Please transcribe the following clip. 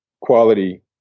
quality